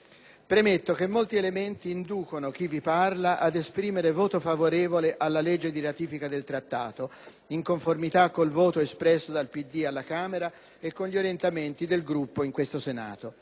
Premetto che molti elementi inducono chi vi parla ad esprimere voto favorevole alla legge di ratifica del Trattato, in conformità col voto espresso dal PD alla Camera e con gli orientamenti del Gruppo in questo Senato.